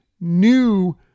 new